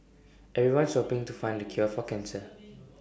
everyone's shopping to find the cure for cancer